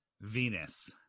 Venus